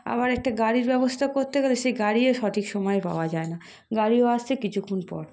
আবার একটা গাড়ির ব্যবস্থা করতে গেলে সেই গাড়িও সঠিক সময়ে পাওয়া যায় না গাড়িও আসছে কিছুখন পর